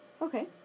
Okay